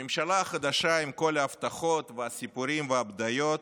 הממשלה החדשה, עם כל ההבטחות והסיפורים והבדיות,